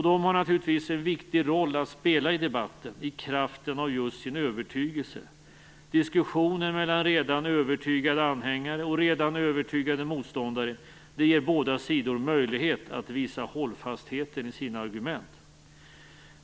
De har naturligtvis en viktig roll att spela i debatten, just i kraft av sin övertygelse. Diskussionen mellan redan övertygade anhängare och redan övertygade motståndare ger båda sidor möjlighet att visa hållfastheten i sina argument.